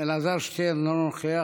אלעזר שטרן, אינו נוכח.